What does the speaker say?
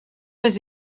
més